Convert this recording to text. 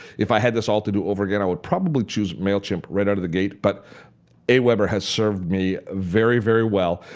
if i had this all to do over again, i would probably choose mailchimp right out of the gate but aweber has served me very, very well.